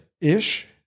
Ish